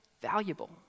valuable